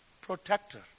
protector